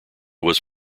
was